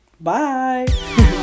Bye